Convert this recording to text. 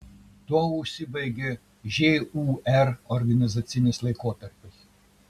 tuo užsibaigė žūr organizacinis laikotarpis